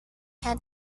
had